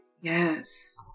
Yes